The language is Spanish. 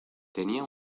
tenía